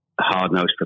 hard-nosed